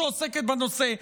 שעוסקת בנושא,